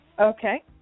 Okay